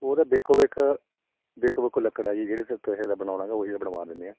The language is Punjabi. ਉਹ ਤਾਂ ਦੇਖੋ ਦੇਖ ਦੇਖੋ ਮੇਰੇ ਕੋ ਲੱਕੜ ਹੈ ਜੀ ਜਿਹੜੇ ਕਿਸੇ ਦਾ ਬਣਾਉਣਾ ਹੈਗਾ ਉਹ ਹੀ ਦਾ ਬਣਵਾ ਦਿੰਦੇ ਹਾਂ